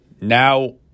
now